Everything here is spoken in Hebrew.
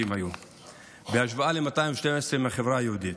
בשנה, בהשוואה ל-212 בחברה היהודית.